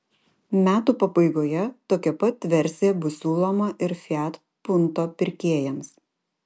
metų pabaigoje tokia pat versija bus siūloma ir fiat punto pirkėjams